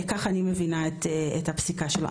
כך אני מבינה את הפסיקה שלו.